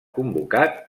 convocat